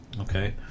Okay